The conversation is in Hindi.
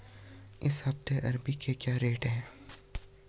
इस हफ्ते अरबी के क्या रेट हैं?